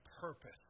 purpose